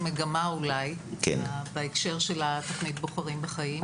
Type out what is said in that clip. אני אגיד משפט לגבי המגמה בהקשר של התוכנית בוחרים בחיים.